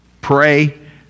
Pray